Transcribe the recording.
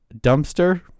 dumpster